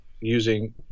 using